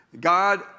God